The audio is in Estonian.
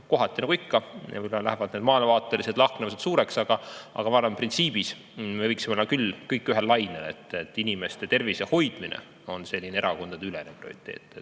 Kohati, nagu ikka, lähevad maailmavaatelised lahknevused suureks, aga ma arvan, et printsiibis me võiksime olla küll kõik ühel lainel: inimeste tervise hoidmine on erakondadeülene prioriteet.